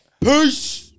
Peace